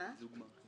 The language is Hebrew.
מי נמנע?